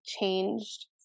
changed